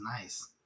nice